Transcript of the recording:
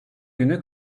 günü